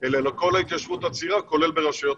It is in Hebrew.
ולכן מצטרף גם למזל טוב ולברכות בכלל ועל כל התהליכים שקורים,